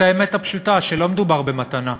את האמת הפשוטה: שלא מדובר במתנה.